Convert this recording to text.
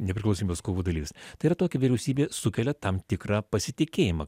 nepriklausomybės kovų dalyvis ir tokia vyriausybė sukelia tam tikrą pasitikėjimą